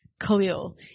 Khalil